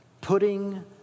putting